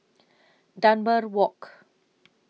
Dunbar Walk